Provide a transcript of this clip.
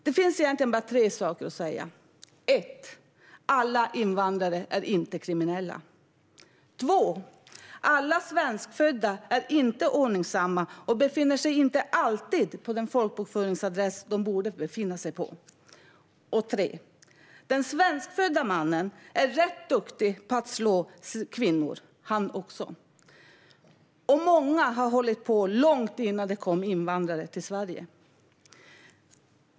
Det finns egentligen bara tre saker att säga: Alla invandrare är inte kriminella. Alla svenskfödda är inte ordningsamma och befinner sig inte alltid på den folkbokföringsadress de borde befinna sig på. Den svenskfödde mannen är rätt duktig på att slå kvinnor han också, och många har hållit på med det långt innan det kom invandrare till Sverige.